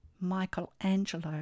Michelangelo